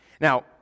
Now